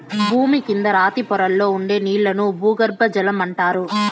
భూమి కింద రాతి పొరల్లో ఉండే నీళ్ళను భూగర్బజలం అంటారు